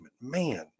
man